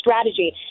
strategy